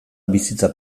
bizitza